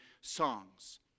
songs